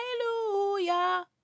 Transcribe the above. Hallelujah